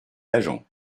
agents